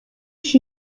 she